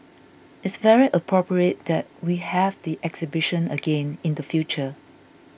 it's very appropriate that we have the exhibition again in the future